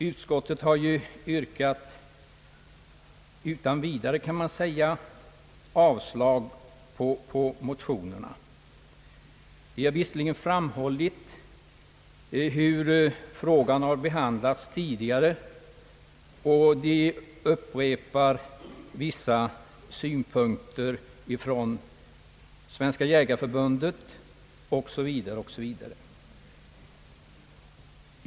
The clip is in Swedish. Utskottet har ju, utan vidare kan man säga, yrkat avslag på motionerna, Utskottet har visserligen framhållit hur frågan har behandlats tidigare och upprepar vissa synpunkter från Svenska jägareförbundet o. s. v.